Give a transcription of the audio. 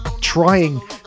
trying